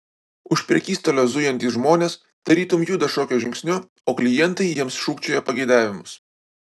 už prekystalio zujantys žmonės tarytum juda šokio žingsniu o klientai jiems šūkčioja pageidavimus